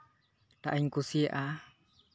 ᱴᱟᱜ ᱤᱧ ᱠᱩᱥᱭᱟᱜᱼᱟ